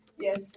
yes